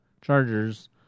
chargers